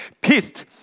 pissed